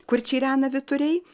kur čirena vyturiai